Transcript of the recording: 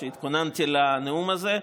כשהתכוננתי לנאום הזה.